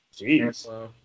Jeez